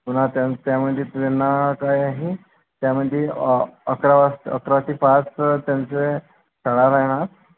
पुन्हा त्यान् त्यामध्ये त्यांना काय आहे त्यामध्ये अकरा वाजत् अकरा ते पाच त्यांचं शाळा राहणार